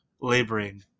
laboring